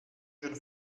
schon